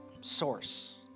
source